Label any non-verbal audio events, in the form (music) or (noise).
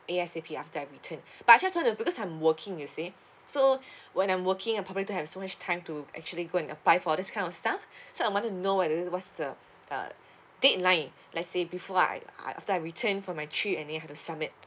A_S_A_P after I returned (breath) but I just want to because I'm working you see (breath) so (breath) when I'm working I probably don't have so much time to actually go and apply for this kind of stuff (breath) so I wanted to know whether what's the uh deadline let's say before I I after I returned from my trip and then you have to submit